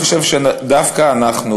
אני חושב שדווקא אנחנו,